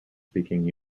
speaking